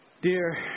Dear